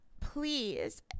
Please